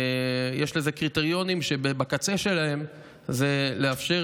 ויש לזה קריטריונים שבקצה שלהם זה לאפשר